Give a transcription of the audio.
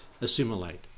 assimilate